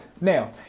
now